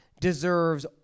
deserves